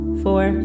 four